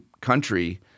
country